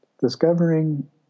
Discovering